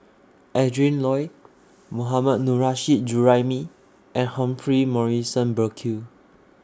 Adrin Loi Mohammad Nurrasyid Juraimi and Humphrey Morrison Burkill